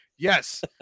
Yes